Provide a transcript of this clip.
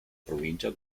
provincia